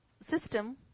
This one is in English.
system